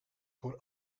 voor